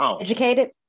educated